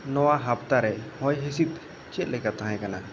ᱱᱚᱣᱟ ᱦᱟᱯᱛᱟᱨᱮ ᱦᱚᱭ ᱦᱤᱥᱤᱫ ᱪᱮᱫ ᱞᱮᱠᱟ ᱛᱟᱦᱮᱸ ᱠᱟᱱᱟ